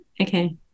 Okay